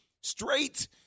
Straight